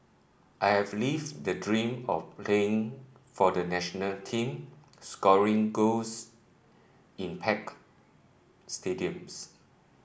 I have lived the dream of playing for the national team scoring goals in packed stadiums